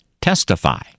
testify